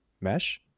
mesh